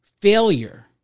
failure